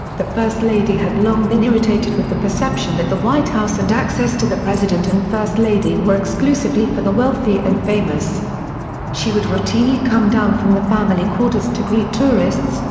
the first lady had long been irritated with the perception that the white house and access to the president and first lady were exclusively for the wealthy and famous she would routinely come down from the family quarters to greet tourists,